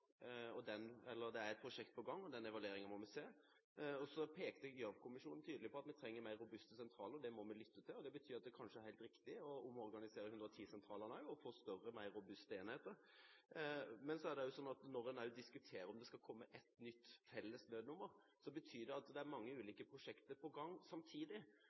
og den evalueringen må vi se. Gjørv-kommisjonen pekte tydelig på at vi trenger mer robuste sentraler. Det må vi lytte til. Det betyr at det kanskje er helt riktig å omorganisere 110-sentralene og få større, mer robuste enheter. Men så er det også slik at når man også diskuterer om det skal komme et nytt felles nødnummer, betyr det at det er mange ulike prosjekter på gang samtidig.